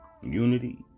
unity